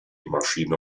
maschine